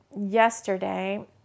yesterday